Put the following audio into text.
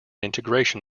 integration